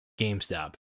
GameStop